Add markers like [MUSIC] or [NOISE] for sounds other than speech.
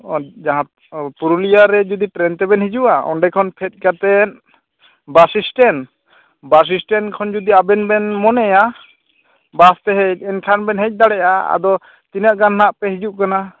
[UNINTELLIGIBLE] ᱡᱟᱦᱟᱸ ᱯᱩᱨᱩᱞᱤᱭᱟᱹ ᱨᱮ ᱡᱩᱫᱤ ᱴᱨᱮᱱ ᱛᱮᱵᱮᱱ ᱦᱤᱡᱩᱜᱼᱟ ᱚᱸᱰᱮ ᱠᱷᱚᱱ ᱯᱷᱮᱰ ᱠᱟᱛᱮ ᱵᱟᱥ ᱴᱮᱱᱴ ᱵᱟᱥ ᱥᱴᱮᱱ ᱠᱷᱚᱱ ᱡᱩᱫᱤ ᱟᱵᱮᱱ ᱵᱮᱱ ᱢᱚᱱᱮᱭᱟ ᱵᱟᱥ ᱴᱮ ᱦᱮᱡ ᱞᱮᱱ ᱠᱷᱟᱱ ᱦᱮᱡ ᱫᱟᱲᱮᱭᱟᱜᱼᱟ ᱟᱫᱚ ᱛᱤᱱᱟᱹᱜ ᱜᱟᱱ ᱱᱟᱜ ᱯᱮ ᱦᱤᱡᱩᱜ ᱠᱟᱱᱟ